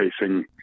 facing